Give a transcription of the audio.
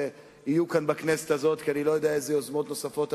הצעות חוק שאנחנו כמובן חוקקנו.